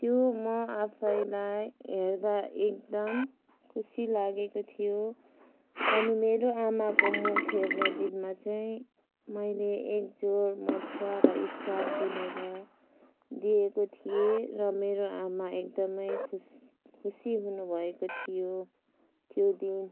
त्यो म आफैलाई हेर्दा एकदम खुसी लागेको थियो अनि मेरो आमाको मुख हेर्ने दिनमा चाहिँ मैले एकजोडी मोजा र स्काफ बुनेर दिएको थिएँ र मेरो आमा एकदमै खुस खुसी हुनु भएको थियो त्यो दिन